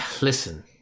listen